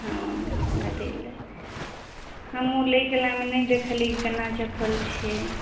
हँ बदलि देब हमहूँ लैकलामे नहि देखलिए कि कोना चप्पल छिए